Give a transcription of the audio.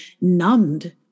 numbed